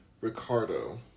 Ricardo